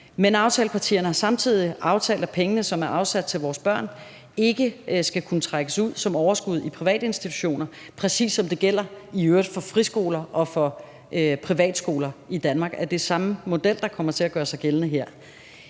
Men aftalepartierne har samtidig aftalt, at pengene, som er afsat til vores børn, ikke skal kunne trækkes ud som overskud i private institutioner, præcis som det i øvrigt gælder for friskoler og for privatskoler i Danmark; det er samme model, der kommer til at gøre sig gældende her.